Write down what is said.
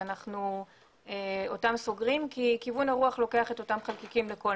אותן אנחנו סוגרים כי כיוון הרוח לוקח את אותם חלקיקים לכל